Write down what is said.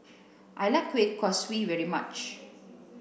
I like Kueh Kaswi very much